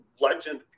legend